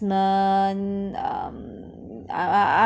um I I